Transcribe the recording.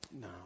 No